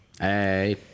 Hey